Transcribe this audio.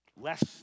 less